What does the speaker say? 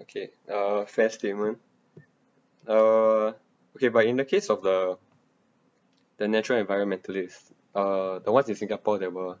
okay uh fair statement uh okay but in the case of the the natural environmentalists uh the ones in singapore that were